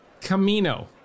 Camino